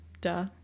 duh